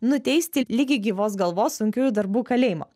nuteisti ligi gyvos galvos sunkiųjų darbų kalėjimo